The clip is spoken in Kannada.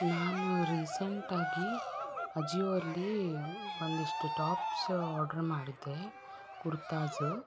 ನಾನು ರೀಸೆಂಟ್ ಆಗಿ ಅಜಿಓದಲ್ಲಿ ಒಂದಿಷ್ಟು ಟಾಪ್ಸ ಆಡ್ರ್ ಮಾಡಿದ್ದೆ ಕುರ್ತಾಸ